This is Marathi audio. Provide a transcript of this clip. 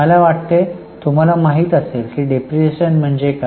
मला वाटते तुम्हाला माहीत असेल डिप्रीशीएशन म्हणजे काय